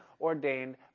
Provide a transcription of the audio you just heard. ordained